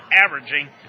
averaging